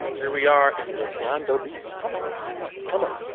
here we are in redondo beach. come on. come on. come on.